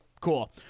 cool